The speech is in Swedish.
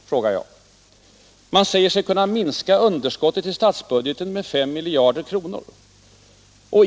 frågar jag. Man säger sig kunna minska underskottet i statsbudgeten med 5 miljarder kronor.